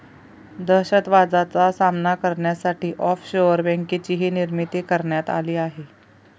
दहशतवादाचा सामना करण्यासाठी ऑफशोअर बँकेचीही निर्मिती करण्यात आली आहे